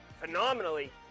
phenomenally